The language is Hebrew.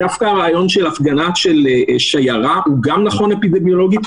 דווקא הרעיון של הפגנה בשיירה גם נכון אפידמיולוגית,